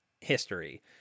history